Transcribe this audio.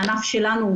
הענף שלנו,